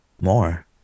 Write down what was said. more